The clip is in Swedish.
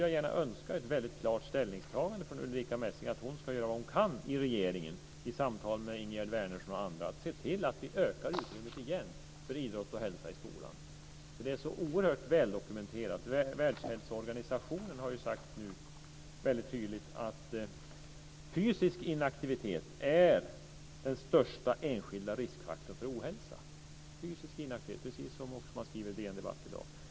Jag önskar ett klart ställningstagande från Ulrica Messing, att hon ska göra vad hon kan i regeringen i samtal med Ingegerd Wärnersson och andra för att se till att öka utrymmet för idrott och hälsa i skolan igen. Det här är så oerhört väldokumenterat. Världshälsoorganisationen har sagt tydligt att fysisk inaktivitet är den största enskilda riskfaktorn för ohälsa. Det är precis det som man också skriver om på DN Debatt i dag.